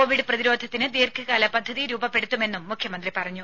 Covid പ്രതിരോധത്തിന് ദീർഘകാല പദ്ധതി രൂപപ്പെടുത്തുമെന്നും മുഖ്യമന്ത്രി പറഞ്ഞു